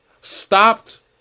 Stopped